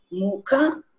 muka